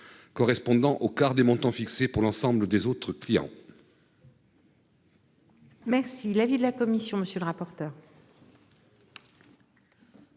correspondant au quart des montants fixés pour l'ensemble des autres clients. Merci l'avis de la commission. Monsieur le rapporteur.